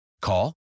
Call